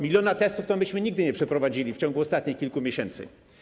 Miliona testów to myśmy nie przeprowadzili w ciągu ostatnich kilku miesięcy.